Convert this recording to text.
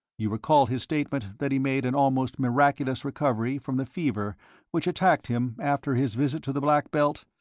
you recall his statement that he made an almost miraculous recovery from the fever which attacked him after his visit to the black belt?